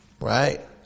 right